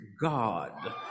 god